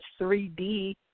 3D